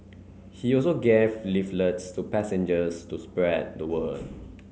he also gave leaflets to passengers to spread the word